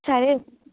సరే